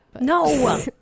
No